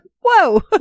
whoa